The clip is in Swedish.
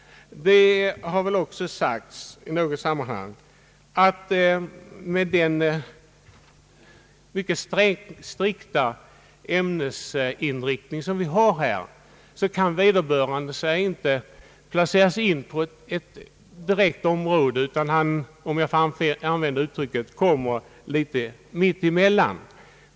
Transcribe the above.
Det har sagts i något sammanhang att med den mycket strikta ämbetsinriktning vi har kan vederbörande inte placeras in på ett direkt område, utan han kommer litet mittemellan, om jag får använda det uttrycket.